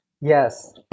Yes